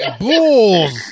bulls